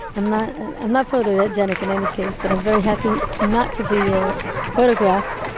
i'm not i'm not photogenic in any case, but i'm very happy not to be ah photographed.